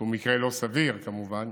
שהוא מקרה לא סביר, כמובן,